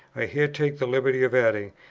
i here take the liberty of adding,